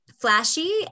flashy